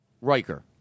Riker